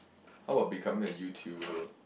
how about becoming a YouTuber